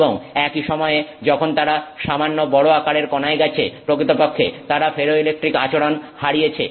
এবং একই সময়ে যখন তারা সামান্য বড় আকারের কনায় গেছে প্রকৃতপক্ষে তারা ফেরোইলেকট্রিক আচরণ হারিয়েছে